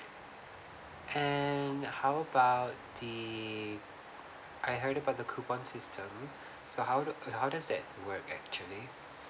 and how about the I heard about the coupon system so how does that how does that work actually